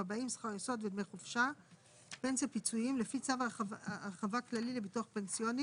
שכר ערך שעה לעובד הסעדה שמועסק 5 ימים בשבוע (באחוזים/שקלים חדשים)